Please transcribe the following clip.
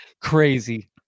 crazy